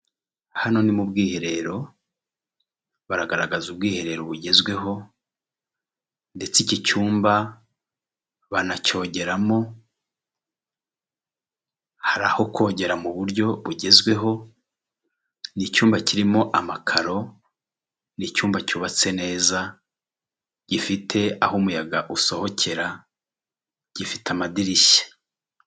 Hano ni mu bwiherero baragaragaza ubwiherero bugezweho ndetse iki cyumba bana cyogeramo, haraho kongera mu buryo bugezweho n'icyumba kirimo amakaro n'icyumba cyubatse neza gifite aho umuyaga usohokera gifite amadirishya.